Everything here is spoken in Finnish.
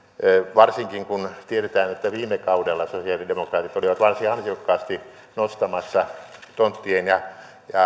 varsinkin kun tiedetään että viime kaudella sosialidemokraatit olivat varsin ansiokkaasti nostamassa tonttien ja